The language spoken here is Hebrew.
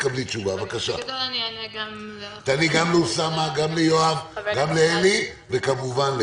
תעני גם לאוסמה, גם ליואב, גם לאלי וגם לקארין.